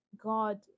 God